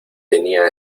tenía